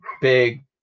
big